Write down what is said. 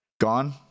Gone